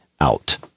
out